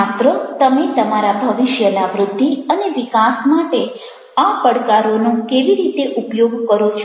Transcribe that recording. માત્ર તમે તમારા ભવિષ્યના વૃદ્ધિ અને વિકાસ માટે આ પડકારોનો કેવો ઉપયોગ કરો છો